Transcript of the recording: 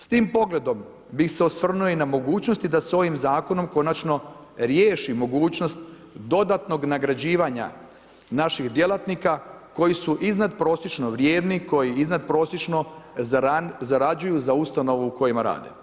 S tim pogledom bih se osvrnuo i na mogućnosti da se ovim zakonom konačno riješi mogućnost dodatnog nagrađivanja naših djelatnika koji su iznadprosječno vrijedni, koji iznadprosječno zarađuju za ustanovu u kojima rade.